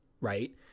right